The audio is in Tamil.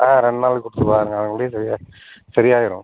ஆ ரெண்டு நாள் கொடுத்துட்டுபாருங்க அதுக்குலேயும் சரியாகிரும் சரி ஆகிரும்